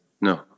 No